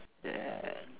yeah